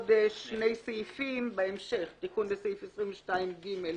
לשני סעיפים בהמשך: תיקון לסעיף 22ג,